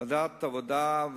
ועדת העבודה,